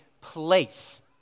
place